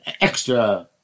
extra